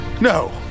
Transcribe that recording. No